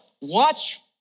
Watch